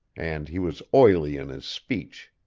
and he was oily in his speech.